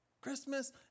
Christmas